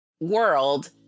world